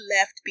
left